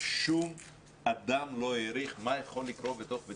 שום אדם לא העריך מה יכול לקרות בתוך בית